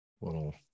Little